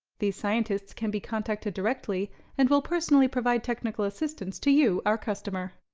these scientists can be contacted directly and will personally provide technical assistance to you, our customer.